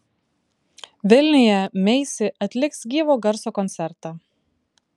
vilniuje meisi atliks gyvo garso koncertą